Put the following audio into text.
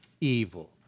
evil